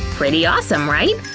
pretty awesome, right?